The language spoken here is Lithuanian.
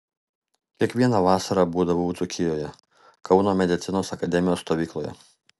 kiekvieną vasarą būdavau dzūkijoje kauno medicinos akademijos stovykloje